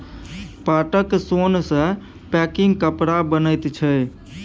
पाटक सोन सँ पैकिंग कपड़ा बनैत छै